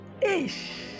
Ish